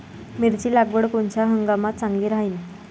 मिरची लागवड कोनच्या हंगामात चांगली राहीन?